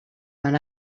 van